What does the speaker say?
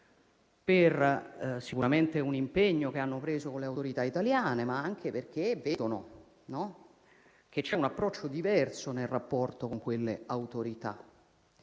sicuramente per un impegno che hanno preso con le autorità italiane, ma anche perché vedono che c'è un approccio diverso nel rapporto con quelle autorità.